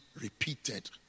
repeated